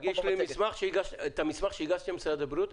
תגיש לי את המסמך שהגשתם למשרד הבריאות,